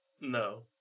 No